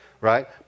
Right